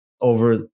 over